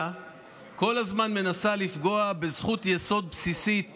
כל הזמן מנסה לפגוע בזכות יסוד בסיסית